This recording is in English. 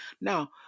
Now